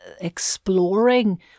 exploring